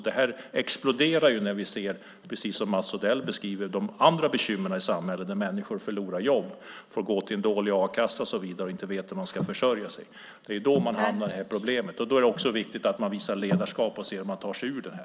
Det exploderar ju när vi ser, precis som Mats Odell beskriver det, de andra bekymren i samhället, människor som förlorar jobb och får gå till en dålig a-kassa och inte vet hur de ska försörja sig. Det är då man hamnar i det här problemet. Då är det också viktigt att man visar ledarskap och ser hur man ska ta sig ur det här.